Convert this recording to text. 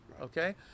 Okay